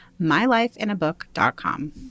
mylifeinabook.com